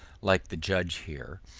like the judge here,